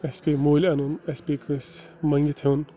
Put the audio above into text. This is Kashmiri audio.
اَسہِ پے مٔلۍ اَنُن اَسہِ پے کٲنٛسہِ مٔنٛگِتھ ہیوٚن